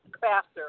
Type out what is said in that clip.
faster